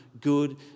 good